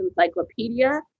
encyclopedia